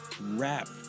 rap